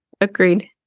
Agreed